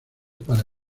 para